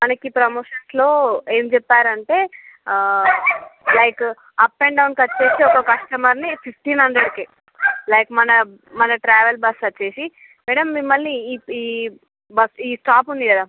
మనకి ప్రోమోషన్స్లో ఏం చెప్పారంటే లైక్ అప్ అండ్ డౌన్కి వచ్చేసి ఒక కస్టమర్ని ఫిఫ్టీన్ హండ్రెడ్కి లైక్ మన మన ట్రావెల్ బస్సు వచ్చేసి మేడం మిమ్మల్ని ఈ ఈ బస్ ఈ స్టాప్ ఉంది కదా